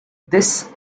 this